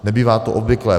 Nebývá to obvyklé.